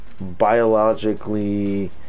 biologically